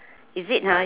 is it ha